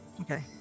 Okay